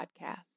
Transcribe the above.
Podcast